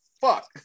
fuck